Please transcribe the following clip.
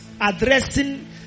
addressing